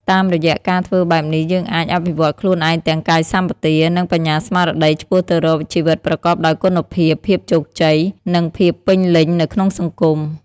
តាមរយៈការធ្វើបែបនេះ យើងអាច អភិវឌ្ឍខ្លួនឯងទាំងកាយសម្បទា និងបញ្ញាស្មារតី ឆ្ពោះទៅរក ជីវិតប្រកបដោយគុណភាព ភាពជោគជ័យ និងភាពពេញលេញ នៅក្នុងសង្គម។